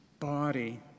body